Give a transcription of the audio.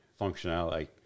functionality